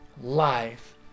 life